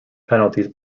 penalties